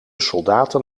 soldaten